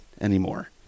anymore